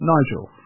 Nigel